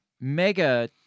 mega